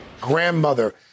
Grandmother